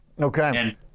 Okay